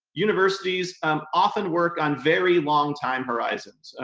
universities um often work on very long time horizons.